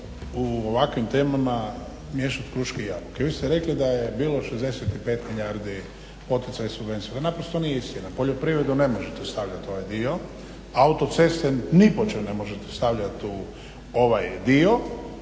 u ovakvim temama miješat kruške i jabuke. Vi ste rekli da je bilo 65 milijardi poticaja i subvencija, ali naprosto nije istina. Poljoprivredu ne možete stavljat u ovaj dio, autoceste ni po čem ne možete stavljat u ovaj dio,